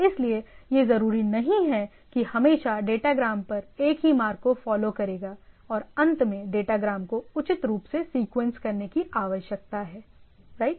इसलिए यह जरूरी नहीं है कि हमेशा डेटाग्राम एक ही मार्ग को फॉलो करेगा और अंत में डेटाग्राम को उचित रूप से सीक्वेंस करने की आवश्यकता है राइट